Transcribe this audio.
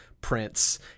Prince